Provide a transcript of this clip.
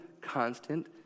constant